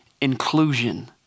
inclusion